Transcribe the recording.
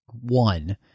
one